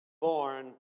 born